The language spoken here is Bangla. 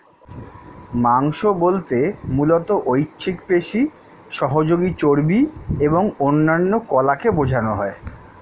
মাংস বলতে মূলত ঐচ্ছিক পেশি, সহযোগী চর্বি এবং অন্যান্য কলাকে বোঝানো হয়